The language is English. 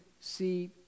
see